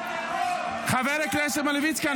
חבר הכנסת מלביצקי,